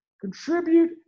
Contribute